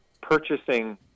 purchasing